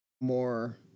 more